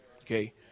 Okay